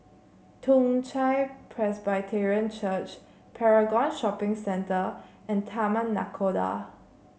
Toong Chai Presbyterian Church Paragon Shopping Centre and Taman Nakhoda